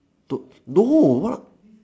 no no what